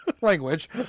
Language